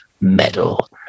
medal